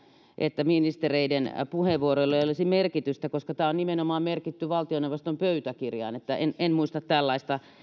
että ministereiden puheenvuoroilla ei olisi merkitystä koska tämä on nimenomaan merkitty valtioneuvoston pöytäkirjaan en en muista tällaista